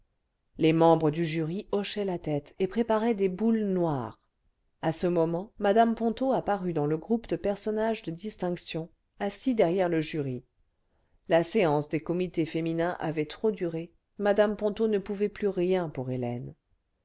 les membres du jury hochaient la tête et préparaient des boules noires a ce moment hme ponto apparut dan s le groupe de personnages de distinction assis derrière le jury la séance des comités féminins avait trop duré mme ponto ne pouvait plus rien pour hélène